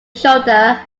shoulder